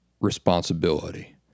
responsibility